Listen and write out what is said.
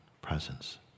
presence